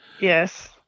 Yes